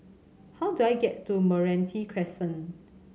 how do I get to Meranti Crescent